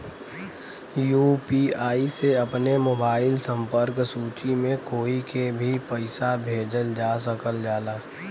UPI से अपने mobile संपर्क सूची में कोई के भी पइसा भेजल जा सकल जाला